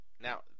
now